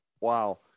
Wow